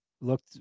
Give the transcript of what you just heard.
looked